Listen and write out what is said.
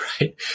right